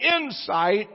insight